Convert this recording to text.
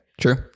True